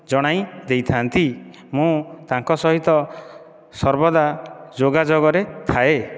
ଜଣାଇ ଦେଇଥାନ୍ତି ମୁଁ ତାଙ୍କ ସହିତ ସର୍ବଦା ଯୋଗାଯୋଗରେ ଥାଏ